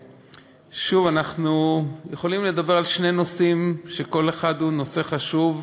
שוב אנחנו יכולים לדבר על שני נושאים שכל אחד הוא נושא חשוב,